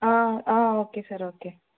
okay sir okay